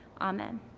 amen